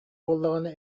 буоллаҕына